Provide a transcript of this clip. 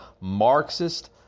Marxist